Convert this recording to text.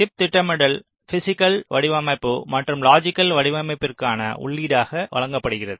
chip திட்டமிடல் physical வடிவமைப்பு மற்றும் லாஜிக் வடிவமைப்பிற்கான உள்ளீடாக வழங்கப்படுகிறது